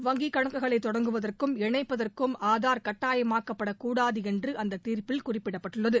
வங்கிக்கணக்குகளை தொடங்குவதற்கும் இணைப்பதற்கும் இதன்படி ஆதார் கட்டாயமாக்கப்படக்கூடாது என்று அந்த தீர்ப்பில் குறிப்பிடப்பட்டுள்ளது